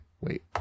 wait